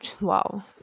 wow